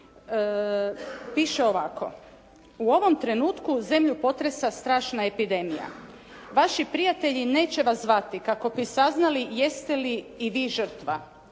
piše ovako: